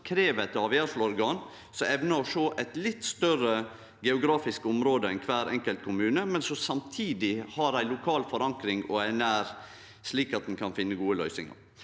krev eit avgjerdsorgan som evnar å sjå eit litt større geografisk område enn kvar enkelt kommune, men som samtidig har ei lokal forankring og er nær, slik at ein kan finne gode løysingar.